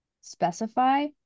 specify